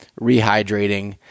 rehydrating